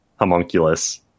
homunculus